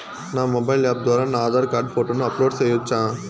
నా mobile app ద్వారా నా ఆధార్ కార్డు ఫోటోను అప్లోడ్ సేయొచ్చా?